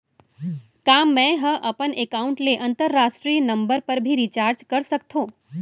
का मै ह अपन एकाउंट ले अंतरराष्ट्रीय नंबर पर भी रिचार्ज कर सकथो